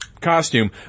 costume